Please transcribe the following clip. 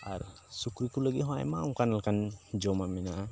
ᱟᱨ ᱥᱩᱠᱨᱤ ᱠᱚ ᱞᱟᱹᱜᱤᱫ ᱦᱚᱸ ᱟᱭᱢᱟ ᱚᱱᱠᱟ ᱞᱮᱠᱟ ᱡᱚᱢᱮᱢ ᱢᱮᱱᱟᱜᱼᱟ